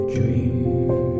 Dream